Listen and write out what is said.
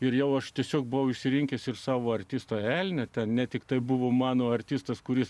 ir jau aš tiesiog buvau išsirinkęs ir savo artisto elnią tai ne tiktai buvo mano artistas kuris